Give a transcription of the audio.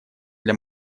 для